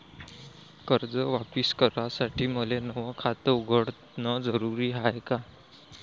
कर्ज वापिस करासाठी मले नव खात उघडन जरुरी हाय का?